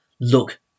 look